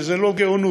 שזה לא גאונות,